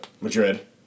Madrid